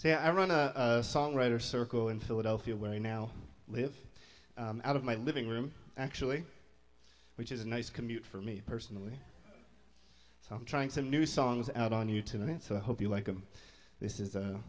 so i run a songwriter circle in philadelphia where i now live out of my living room actually which is a nice commute for me personally so i'm trying some new songs out on you tonight so i hope you like them this is